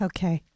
Okay